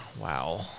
Wow